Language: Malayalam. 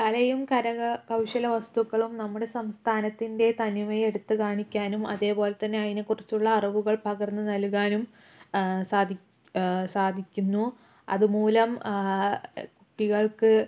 കലയും കരകൗശല വസ്തുക്കളും നമ്മുടെ സംസ്ഥാനത്തിന്റെ തനിമയെ എടുത്തു കാണിക്കാനും അതേപോലെതന്നെ അതിനെക്കുറിച്ചുള്ള അറിവുകൾ പകർന്നു നൽകാനും സാധി സാധിക്കുന്നു അതുമൂലം കുട്ടികൾക്ക്